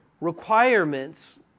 requirements